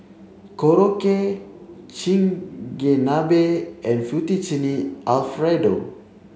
Korokke Chigenabe and Fettuccine Alfredo